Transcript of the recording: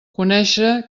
conéixer